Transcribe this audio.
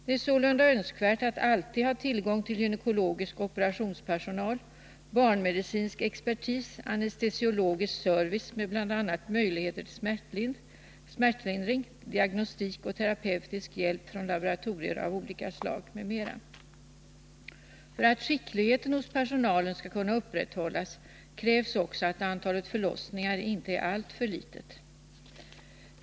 Det är sålunda önskvärt att alltid ha tillgång till gynekologisk operationspersonal, barnmedicinsk expertis, anestesiologisk service med bl.a. möjligheter till smärtlindring, diagnostik och terapeutisk hjälp från laboratorier av olika slag m.m. För att skickligheten hos personalen skall kunna upprätthållas krävs också att antalet förlossningar inte är alltför litet.